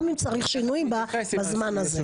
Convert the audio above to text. גם אם צריך שינויים בזמן הזה.